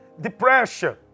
depression